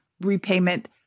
repayment